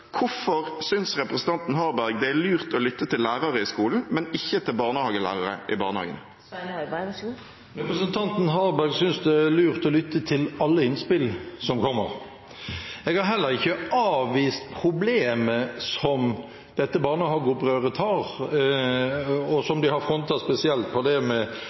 Hvorfor synes representanten Harberg det er lurt å lytte til lærere i skolen, men ikke til barnehagelærere i barnehagen? Representanten Harberg synes det er lurt å lytte til alle innspill som kommer. Jeg har heller ikke avvist problemet som dette barnehageopprøret har frontet spesielt om enkeltbarn og språk. Jeg har bare sagt at det